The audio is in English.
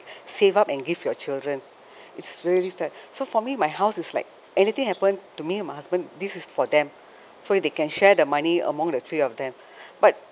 save up and give your children it's very little so for me my house is like anything happen to me and my husband this is for them so they can share the money among the three of them but